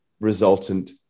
resultant